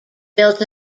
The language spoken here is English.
built